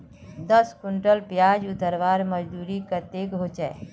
दस कुंटल प्याज उतरवार मजदूरी कतेक होचए?